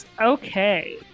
Okay